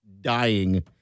dying